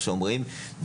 כמו שאומרים,